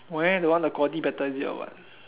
why that one the quality better is it or what